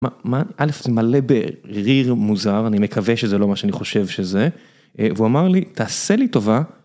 א. זה מלא בריר מוזר, אני מקווה שזה לא מה שאני חושב שזה. והוא אמר לי, תעשה לי טובה.